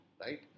right